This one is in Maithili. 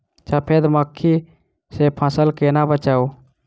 सफेद मक्खी सँ फसल केना बचाऊ?